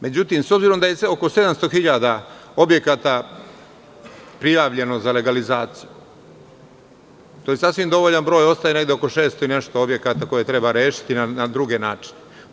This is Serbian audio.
Međutim, s obzirom da je oko 700.000 objekata prijavljeno za legalizaciju, to je sasvim dovoljan broj, ostaje oko 600 i nešto objekata koje treba rešiti na druge načine.